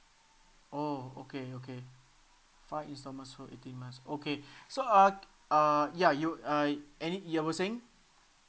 oh okay okay five installments whole eighteen months okay so uh uh ya you uh any~ ya you were saying